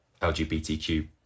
LGBTQ